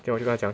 then 我就跟他讲